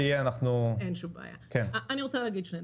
שני דברים: